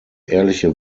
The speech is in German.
ehrliche